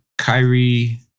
Kyrie